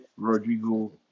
Rodrigo